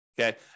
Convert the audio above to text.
Okay